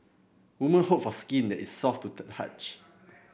women hope for skin that is soft to the touch